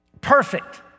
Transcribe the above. perfect